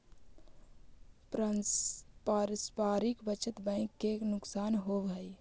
पारस्परिक बचत बैंक के का नुकसान होवऽ हइ?